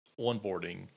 onboarding